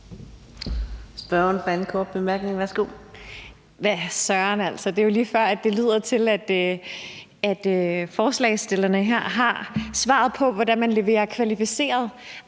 Victoria Velasquez (EL): Hvad søren – det er jo lige før, at det lyder til, at forslagsstillerne her har svaret på, hvordan man leverer kvalificeret